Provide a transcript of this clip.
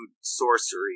sorcery